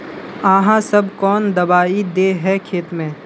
आहाँ सब कौन दबाइ दे है खेत में?